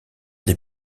des